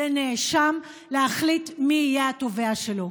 לא נותנים לנאשם להחליט מי יהיה התובע שלו,